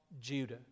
Judah